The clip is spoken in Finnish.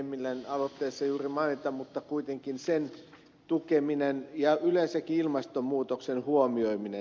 hemmilän aloitteessa juuri mainita mutta kuitenkin sen tukeminen ja yleensäkin ilmastonmuutoksen huomioiminen